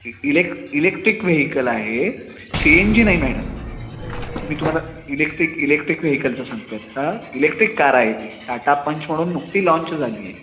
इलेक् electric vehicle आहे C N G नाही madam मी तुम्हाला इलेक्ट्रिक इलेक्ट्रिक व्हेहिकलचं सांगतो आहे आत्ता इलेक्ट्रिक कार आहे ती टाटा पंच म्हणून नुकती लाँच झाली आहे